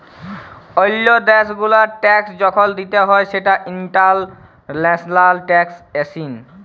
ওল্লো দ্যাশ গুলার ট্যাক্স যখল দিতে হ্যয় সেটা ইন্টারন্যাশনাল ট্যাক্সএশিন